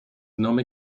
نام